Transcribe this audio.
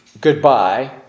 goodbye